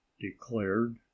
declared